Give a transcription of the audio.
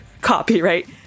copyright